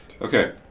Okay